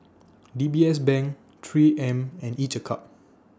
D B S Bank three M and Each A Cup